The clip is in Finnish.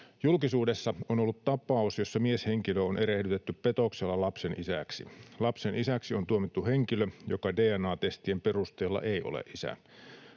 Julkisuudessa on ollut tapaus, jossa mieshenkilö on erehdytetty petoksella lapsen isäksi. Lapsen isäksi on tuomittu henkilö, joka DNA-testien perusteella ei ole isä.